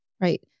right